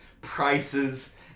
prices